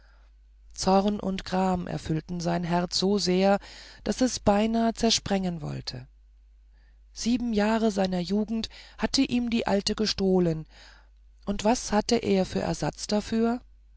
zorn und gram erfüllte sein herz so sehr daß es beinahe zersprengen wollte sieben jahre seiner jugend hatte ihm die alte gestohlen und was hatte er für ersatz dafür